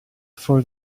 for